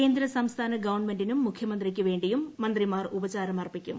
കേന്ദ്ര സംസ്ഥാന ഗവൺമെന്റിനും മുണ്ട്യമന്ത്രിക്കു വേണ്ടിയും മന്ത്രിമാർ ഉപചാരമർപ്പിക്കും